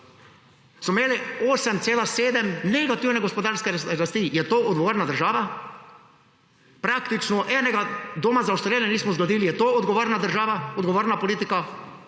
Imeli smo 8,7 negativne gospodarske rasti – je to odgovorna država? Praktično enega doma za ostarele nismo zgradili – je to odgovorna država, odgovorna politika?